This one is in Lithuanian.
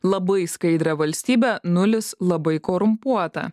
labai skaidrią valstybę nulis labai korumpuotą